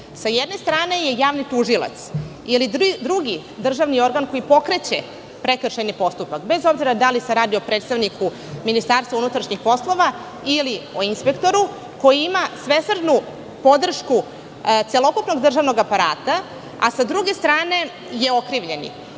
Sa jedne strane je javni tužilac ili drugi državni organ koji pokreće prekršajni postupak, bez obzira da li se radi o predstavniku Ministarstva unutrašnjih poslova ili o inspektoru koji ima svesrdnu podršku celokupnog državnog aparata, a sa druge strane je okrivljeni,